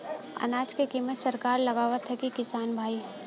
अनाज क कीमत सरकार लगावत हैं कि किसान भाई?